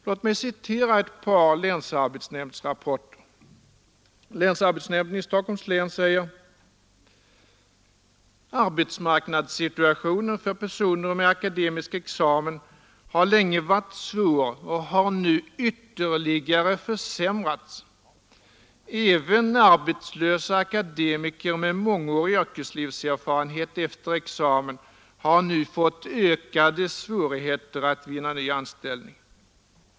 Låt mig citera några länsarbetsnämndsrapporter. Länsarbetsnämnden i Stockholms län: Arbetsmarknadssituationen för personer med akademisk examen har länge varit svår och har nu ytterligare försämrats. ——— Även arbetslösa akademiker med mångårig yrkeslivserfarenhet efter examen har nu fått ökade svårigheter att finna ny anställning.